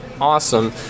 awesome